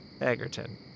Egerton